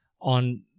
on